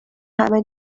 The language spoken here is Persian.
همه